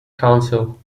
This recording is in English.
council